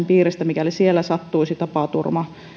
korvauksen piiristä mikäli siellä sattuisi tapaturma